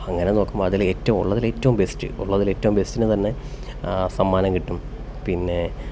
അങ്ങനെ നോക്കുമ്പോൾ അതിൽ ഏറ്റവും ഉള്ളതില് ഏറ്റവും ബെസ്റ്റ് ഉള്ളതില് ഏറ്റവും ബെസ്റ്റിന് തന്നെ സമ്മാനം കിട്ടും പിന്നെ